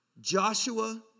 Joshua